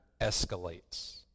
escalates